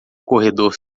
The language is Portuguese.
corredor